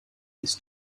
this